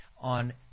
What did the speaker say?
on